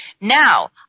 Now